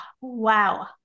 wow